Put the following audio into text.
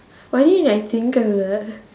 why didn't I think of that